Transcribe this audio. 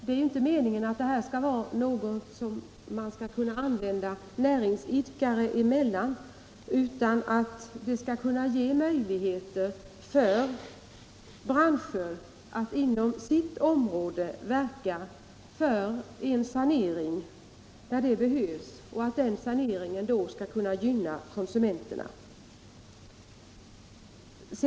Det är meningen att detta skall vara något som man skall kunna använda näringsidkare emellan, utan det skall kunna ges möjligheter för branscher att inom sina områden verka för en sanering där sådan behövs, och denna sanering skall då kunna gynna konsumenterna.